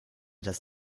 das